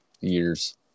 Years